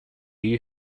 you